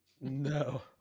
no